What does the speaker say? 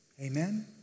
Amen